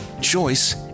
choice